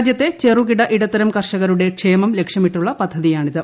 രാജ്യത്തെ ചെറുകിട ഇടത്തരം കർഷകരുടെ ക്ഷേമം ലക്ഷ്യമിട്ടുള്ള പദ്ധതിയാണിത്